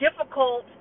difficult